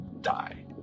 die